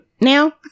now